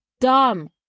dumb